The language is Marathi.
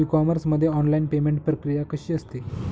ई कॉमर्स मध्ये ऑनलाईन पेमेंट प्रक्रिया कशी असते?